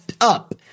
up